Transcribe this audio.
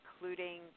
including